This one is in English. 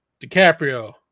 DiCaprio